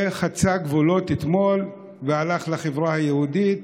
חצה גבולות אתמול והלך לחברה היהודית,